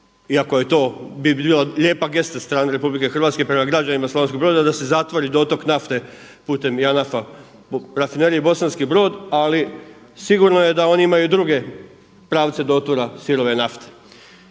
iako bi to bila lijepa gesta sa strane RH prema građanima Slavonskog Broda da se zatvori dotok nafte putem JANAF-a u Rafineriji Bosanski Brod, ali sigurno je da oni imaju druge pravce dotura sirove nafte.